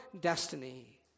destiny